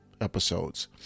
episodes